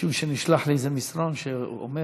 משום שנשלח לי איזה מסרון שאומר